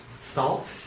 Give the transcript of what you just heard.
Salt